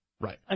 Right